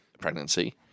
pregnancy